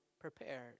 prepared